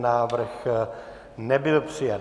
Návrh nebyl přijat.